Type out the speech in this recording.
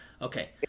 Okay